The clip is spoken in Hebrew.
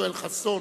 יואל חסון